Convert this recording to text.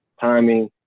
timing